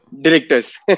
directors